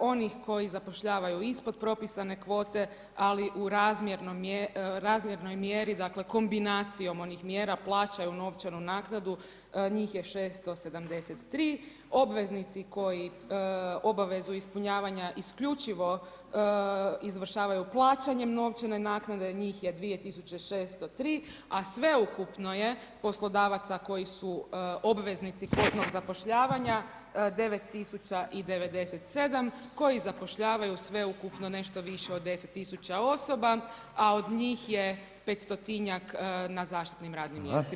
onih koji zapošljavaju ispod propisane kvote, ali u razmjernoj mjeri, dakle kombinacijom onih mjera plaćaju novčanu naknadu, njih je 673, obveznici koji obavezu ispunjavanja isključivo izvršavaju plaćanjem novčane naknade, njih je 2603, a sveukupno je poslodavaca koji su obveznici kvotnog zapošljavanja 9997 koji zapošljavaju sveukupno nešto više od 10 tisuća osoba, a od njih je 500-tinjak na zaštitnim radnim mjestima.